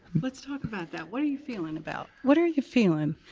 let's talk about that. what are you feeling about? what are you feeling?